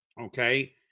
Okay